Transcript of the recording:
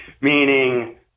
meaning